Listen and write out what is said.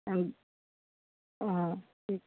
অঁ